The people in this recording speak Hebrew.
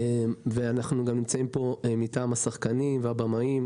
אנחנו נמצאים פה גם מטעם השחקנים והבמאים.